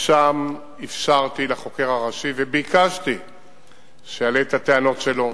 ושם אפשרתי לחוקר הראשי וביקשתי שיעלה את הטענות שלו,